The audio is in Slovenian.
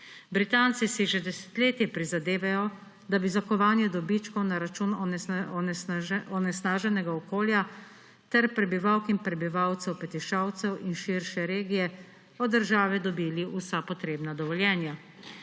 Britanci si že desetletje prizadevajo, da bi za kovanje dobičkov na račun onesnaženega okolja ter prebivalk in prebivalcev Petišovcev in širše regije od države dobili vsa potrebna dovoljenja.